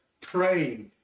praying